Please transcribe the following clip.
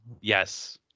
Yes